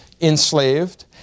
enslaved